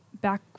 back